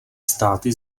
státy